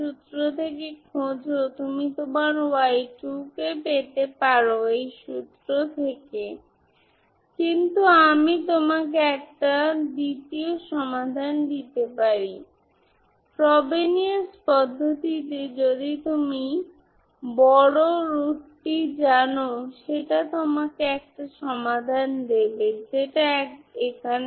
সুতরাং আমরা সর্বদা n 0 থেকে কোসাইনের জন্য অনন্ত সাইন 1 থেকে অনন্ত এবং সেই 0 অংশটি আপনি b00 লিখতে পারেন তাতে কিছু আসে যায় না তাই b0 হল আরবিট্রারি এটি যাইহোক 0